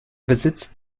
besitzt